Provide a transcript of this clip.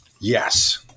Yes